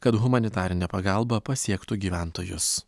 kad humanitarinė pagalba pasiektų gyventojus